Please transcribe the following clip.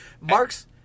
Marx